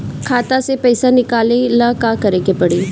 खाता से पैसा निकाले ला का करे के पड़ी?